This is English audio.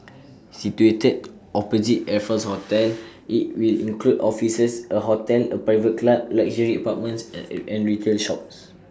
situated opposite Raffles hotel IT will include offices A hotel A private club luxury apartments and retail shops